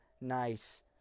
nice